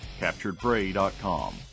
CapturedPrey.com